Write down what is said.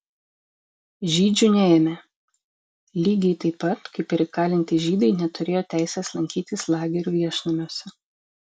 žydžių neėmė lygiai taip pat kaip ir įkalinti žydai neturėjo teisės lankytis lagerių viešnamiuose